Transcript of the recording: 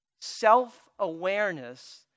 Self-awareness